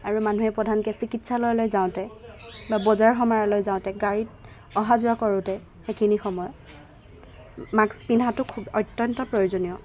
আৰু মানুহে প্ৰধানকৈ চিকিৎসালয়লৈ যাওঁতে বা বজাৰ সমাৰলৈ যাওঁতে গাড়ীত অহা যোৱা কৰোঁতে সেইখিনি সময়ত মাস্ক পিন্ধাটো খুব অত্যন্ত প্ৰয়োজনীয়